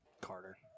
Carter